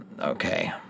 Okay